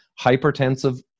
hypertensive